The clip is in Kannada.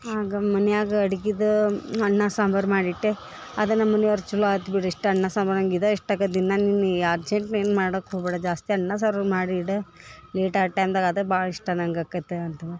ಹಾಂಗ ಮನ್ಯಾಗ ಅಡ್ಗಿದ ಅನ್ನ ಸಾಂಬರು ಮಾಡಿಟ್ಟೆ ಆಗ ನಮ್ಮನಿಯವ್ರು ಚಲೋ ಆತು ಬಿಡು ಇಷ್ಟ ಅನ್ನ ಸಾಂಬರು ನಂಗೆ ಇದೆ ಇಷ್ಟ ಆಕೈತಿ ದಿನ್ನ ಇನ್ನ ಅರ್ಜೆಂಟ್ನ್ಯಾಗ್ ಏನು ಮಾಡೋಕು ಹೋಗಬೇಡ ಜಾಸ್ತಿ ಅನ್ನ ಸಾರು ಮಾಡಿ ಇಡ ಲೇಟ್ ಅದು ಟೈಮ್ದಾಗ ಅದು ಭಾಳ ಇಷ್ಟ ನಂಗೆ ಆಕೈತಿ ಅಂತಾರ